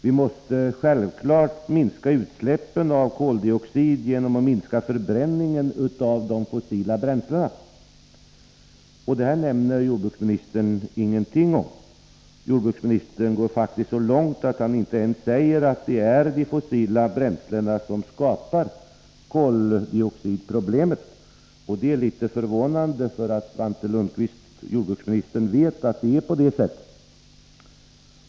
Vi måste självklart reducera utsläppen av koldioxid genom att minska förbränningen av de fossila bränslena. Om detta nämner Svante Lundkvist ingenting. Han går faktiskt så långt att han inte ens säger att det är de fossila bränslena som skapar koldioxidproblemet. Det är litet förvånande, för jordbruksministern vet att det är på det sättet.